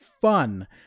fun